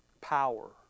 power